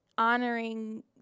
honoring